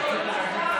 זה המאוחר מבין השניים.